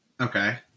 Okay